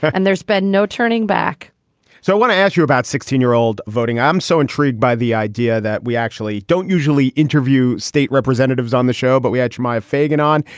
and there's been no turning back so i want to ask you about sixteen year old voting. i'm so intrigued by the idea that we actually don't usually interview state representatives on the show, but we etch my fagan on.